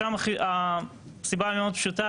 שם הסיבה היא מאוד פשוטה.